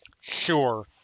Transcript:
Sure